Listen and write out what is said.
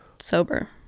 sober